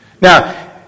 Now